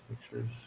pictures